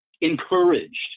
encouraged